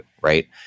Right